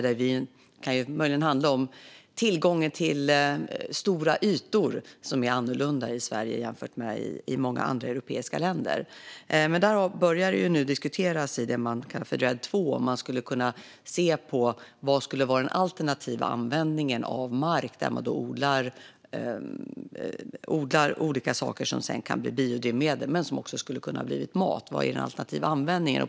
Det kan möjligen handla om tillgången till stora ytor, som är annorlunda i Sverige jämfört med många andra europeiska länder. Där börjar det nu diskuteras i det man kallar för RED II vad som skulle vara den alternativa användningen av mark. Man odlar olika saker som sedan kan bli biodrivmedel, men som också skulle ha kunnat bli mat. Vilken är den alternativa användningen?